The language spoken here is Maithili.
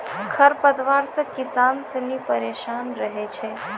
खरपतवार से किसान सनी परेशान रहै छै